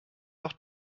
auch